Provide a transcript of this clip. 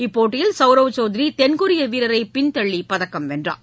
இப்போட்டியில் சவ்ரவ் சௌத்ரிதென்கொரியவீரரைபின்தள்ளிபதக்கம் வென்றார்